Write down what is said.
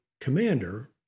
commander